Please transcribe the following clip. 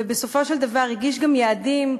ובסופו של דבר הגיש גם יעדים.